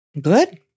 Good